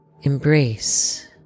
embrace